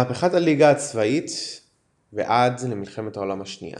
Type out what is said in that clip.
מהפיכת הליגה הצבאית ועד מלחמת העולם השנייה